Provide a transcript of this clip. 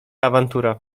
awantura